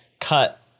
cut